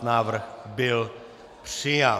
Návrh byl přijat.